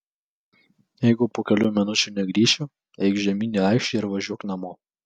jeigu po kelių minučių negrįšiu eik žemyn į aikštę ir važiuok namo